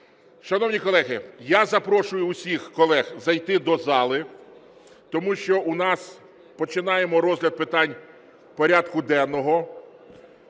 Шановні колеги, я запрошую усіх колег зайти до зали, тому що у нас починаємо розгляд питань порядку денного.